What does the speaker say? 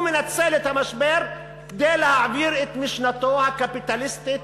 הוא מנצל את המשבר כדי להעביר את משנתו הקפיטליסטית,